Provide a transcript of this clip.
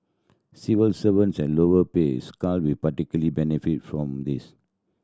civil servants at lower pay scale will particularly benefit from this